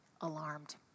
alarmed